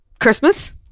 Christmas